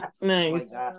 nice